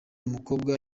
mukobwa